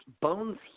Bones